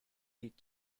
each